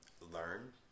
learn